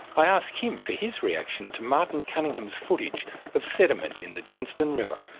i ask him for his reaction to martin cunningham's footage of sediment in the johnstone river.